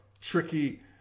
tricky